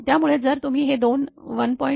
त्यामुळे जर तुम्ही हे दोन 1